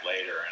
later